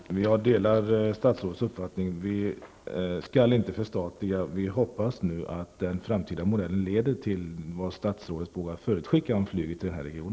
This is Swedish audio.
Herr talman! Jag delar statsrådets uppfattning. Vi skall inte förstatliga. Jag hoppas att den framtida modellen leder till det som statsrådet vågar förutskicka om flyget i denna region.